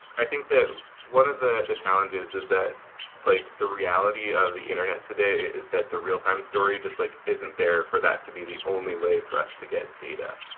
i think that one of the the challenges is that plagued like the reality of the internet today is that the real-time story just like isn't there for that to be the only way for us to get data.